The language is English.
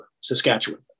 Saskatchewan